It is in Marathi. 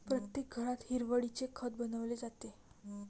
प्रत्येक घरात हिरवळीचे खत बनवले जाते